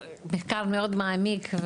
מחקר מאוד מעמיק,